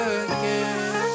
again